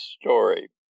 story